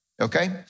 Okay